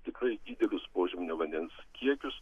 tikrai didelius požeminio vandens kiekius